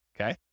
Okay